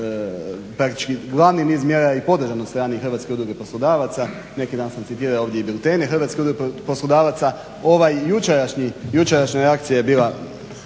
praktički glavni niz mjera je i podržan od strane Hrvatske udruge poslodavaca, neki dan sam citirao ovdje i biltene Hrvatske udruge poslodavaca. Ovaj jučerašnji, jučerašnja reakcija je bila